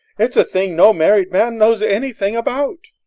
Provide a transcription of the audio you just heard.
it's a thing no married man knows anything about.